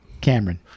Cameron